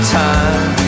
time